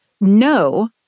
no